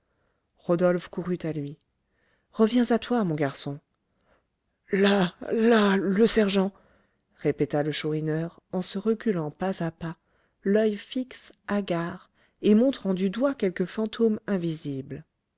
rodolphe courut à lui reviens à toi mon garçon là là le sergent répéta le chourineur en se reculant pas à pas l'oeil fixe hagard et montrant du doigt quelque fantôme invisible